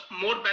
more